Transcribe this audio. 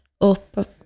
up